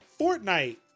Fortnite